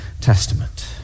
Testament